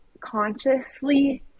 consciously